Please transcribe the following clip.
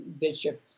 Bishop